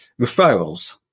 referrals